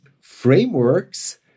frameworks